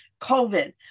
COVID